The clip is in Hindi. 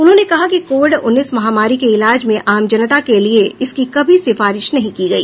उन्होंने कहा कि कोविड उन्नीस महामारी के इलाज में आम जनता के लिए इसकी कभी सिफारिश नहीं की गई